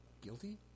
Guilty